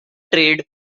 trade